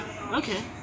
okay